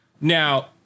Now